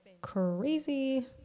crazy